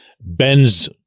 Ben's